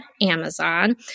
Amazon